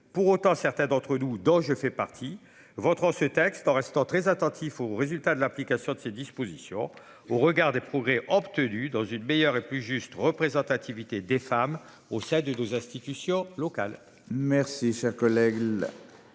Pour autant, certains d'entre nous dont je fais partie voteront ce texte en restant très attentif aux résultats de l'application de ces dispositions au regard des progrès obtenus dans une meilleure et plus juste représentativité des femmes au sein de nos institutions locales.